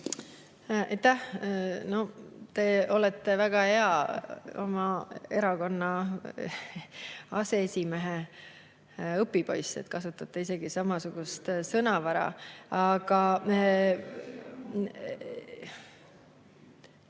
No te olete väga hea oma erakonna aseesimehe õpipoiss, kasutate isegi samasugust sõnavara.